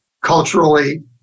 culturally